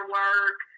work